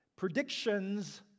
Predictions